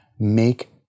Make